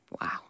Wow